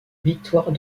victoire